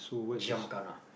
giam gana